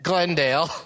Glendale